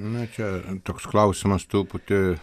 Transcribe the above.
na čia toks klausimas truputį